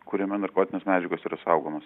kuriame narkotinės medžiagos yra saugomos